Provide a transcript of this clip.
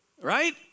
right